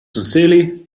sincerely